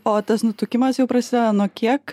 o tas nutukimas jau prasideda nuo kiek